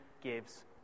gives